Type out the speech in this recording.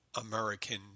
American